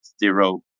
zero